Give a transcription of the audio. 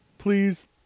please